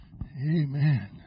Amen